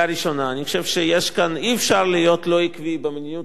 אני חושב שאי-אפשר להיות לא עקבי במדיניות החוץ שלך,